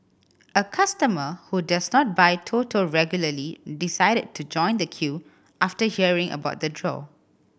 a customer who does not buy Toto regularly decided to join the queue after hearing about the draw